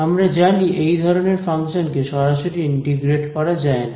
আমরা জানি এই ধরনের ফাংশন কে সরাসরি ইন্টিগ্রেট করা যায়না